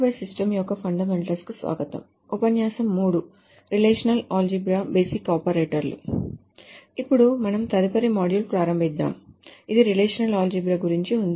పునఃస్వాగతం ఇప్పుడు మనము తదుపరి మాడ్యూల్ ప్రారంబిదాము ఇది రిలేషనల్ ఆల్జీబ్రా గురించి ఉంది